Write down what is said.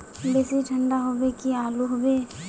बेसी ठंडा होबे की आलू होबे